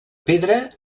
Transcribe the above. pedra